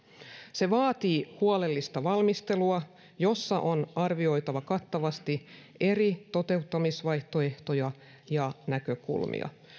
se vaatii huolellista valmistelua jossa on arvioitava kattavasti eri toteuttamisvaihtoehtoja ja näkökulmia